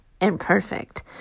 imperfect